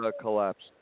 collapsed